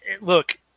look